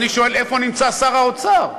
איפה נמצא שר האוצר?